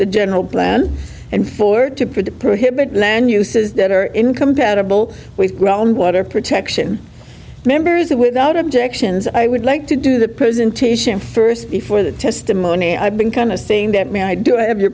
the general plan and forward to prohibit and then uses that are incompatible with ground water protection members that without objections i would like to do the presentation first before the testimony i've been kind of saying that me i do have your